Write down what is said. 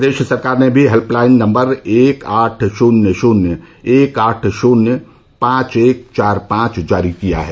प्रदेश सरकार ने भी हेल्पलाइन नम्बर एक आठ शून्य शून्य एक आठ शून्य पांच एक चार पांच जारी किया है